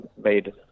made